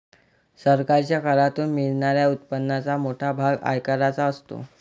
सरकारच्या करातून मिळणाऱ्या उत्पन्नाचा मोठा भाग आयकराचा असतो